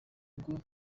rugo